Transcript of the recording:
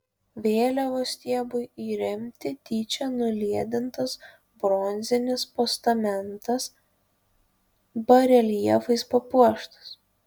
vėliavos stiebui įremti tyčia nuliedintas bronzinis postamentas bareljefais papuoštas